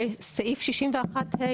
בסעיף 61(ה),